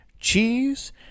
cheese